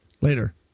Later